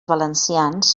valencians